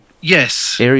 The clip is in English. Yes